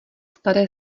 staré